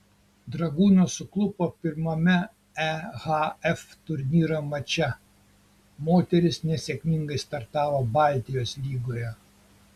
dragūnas suklupo pirmame ehf turnyro mače moterys nesėkmingai startavo baltijos lygoje